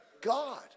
God